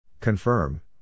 Confirm